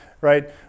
right